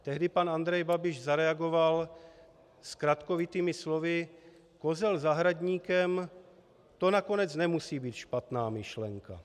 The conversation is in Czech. Tehdy pan Andrej Babiš zareagoval zkratkovitými slovy: Kozel zahradníkem, to nakonec nemusí být špatná myšlenka.